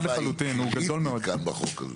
אבל האכיפה היא קריטית כאן בחוק.